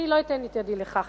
אני לא אתן את ידי לכך.